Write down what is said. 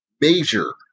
major